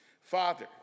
Father